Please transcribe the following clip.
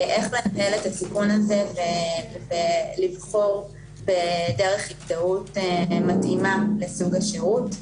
איך לנהל את הסיכון הזה ולבחור בדרך הזדהות מתאימה לסוג השירות.